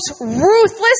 ruthless